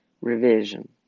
revision